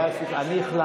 לא היה סיכום, אני החלטתי.